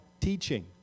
teaching